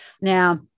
Now